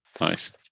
Nice